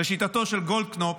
לשיטתו של גולדקנופ,